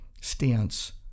stance